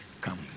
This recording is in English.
Come